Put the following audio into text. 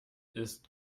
ist